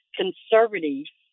conservatives